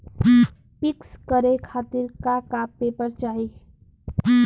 पिक्कस करे खातिर का का पेपर चाही?